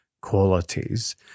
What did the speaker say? qualities